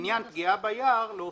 - לעניין פגיעה ביער להוסיף: